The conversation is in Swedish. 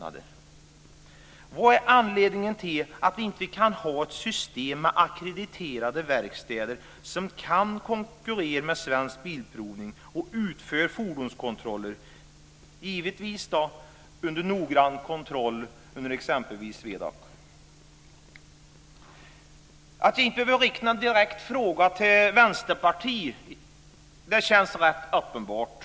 Vad är anledningen till att vi inte kan ha ett system med ackrediterade verkstäder som kan konkurrera med Svensk Bilprovning och utföra fordonskontroller, givetvis under noggrann kontroll genom exempelvis SWEDAC? Att jag inte behöver rikta någon direkt fråga till Vänsterpartiet är rätt uppenbart.